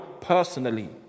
personally